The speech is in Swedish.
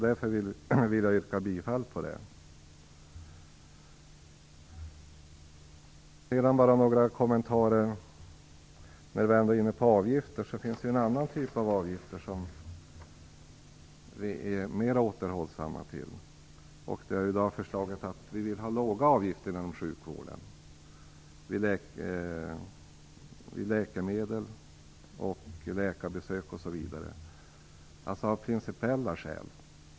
Därför yrkar jag bifall i det avseendet. När jag ändå är inne på avgifter tänkte jag kommentera en annan typ av avgifter. Här är vi mera återhållsamma. Vi har lagt förslag om låga avgifter inom sjukvården när det gäller läkemedel, läkarbesök osv.; detta av principiella skäl.